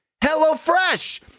HelloFresh